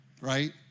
right